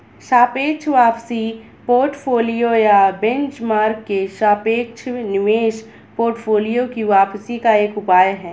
सापेक्ष वापसी पोर्टफोलियो या बेंचमार्क के सापेक्ष निवेश पोर्टफोलियो की वापसी का एक उपाय है